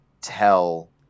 tell